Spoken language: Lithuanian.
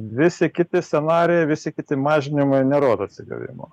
visi kiti scenarijai visi kiti mažinimai nerodo atsigavimo